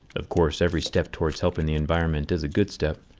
of course every step towards helping the environment is a good step.